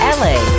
la